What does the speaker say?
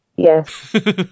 Yes